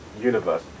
universe